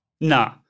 no